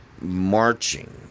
marching